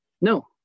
no